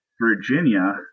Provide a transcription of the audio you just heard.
Virginia